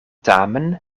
tamen